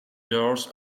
doors